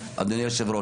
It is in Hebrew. אדוני היושב-ראש,